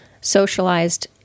socialized